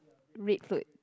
red float